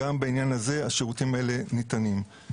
גם בעניין הזה השירותים האלה ניתנים.